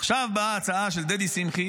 עכשיו באה ההצעה של דדי שמחי